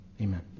Amen